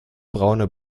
braune